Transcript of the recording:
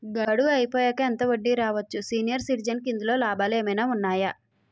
గడువు అయిపోయాక ఎంత వడ్డీ రావచ్చు? సీనియర్ సిటిజెన్ కి ఇందులో లాభాలు ఏమైనా ఉన్నాయా?